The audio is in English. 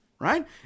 right